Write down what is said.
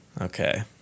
Okay